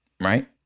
right